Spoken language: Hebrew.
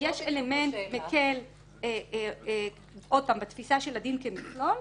יש אלמנט מקל עוד פעם בתפיסה של הדין כמכלול,